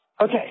Okay